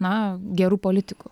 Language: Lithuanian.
na geru politiku